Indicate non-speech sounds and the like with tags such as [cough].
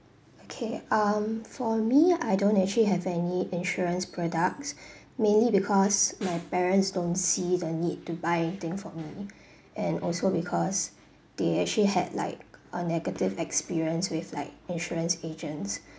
okay um for me I don't actually have any insurance products [breath] mainly because my parents don't see the need to buy anything for me [breath] and also because they actually had like a negative experience with like insurance agents